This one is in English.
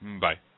Bye